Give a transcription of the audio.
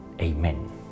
Amen